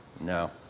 No